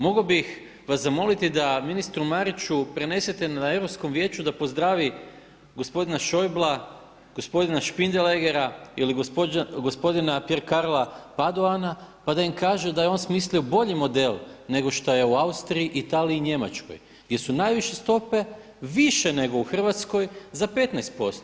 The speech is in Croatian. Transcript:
Mogao bih vas zamoliti da ministru Mariću prenesete na Europskom vijeću da pozdravi gospodina Schäuble Spindeleggera ili gospodina Pier Carlo Padoana pa da im kaže da je on smislio bolji model nego što je u Austriji, Italiji i Njemačkoj gdje su najviše stope više nego u Hrvatskoj za 15%